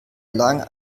lang